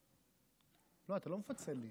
לא, אתה לא מפצל.